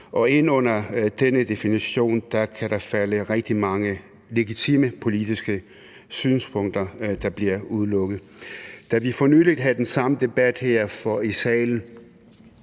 Og inden for den definition kan der være rigtig mange legitime politiske synspunkter, der bliver udelukket. Da vi for nylig havde den samme debat her i salen,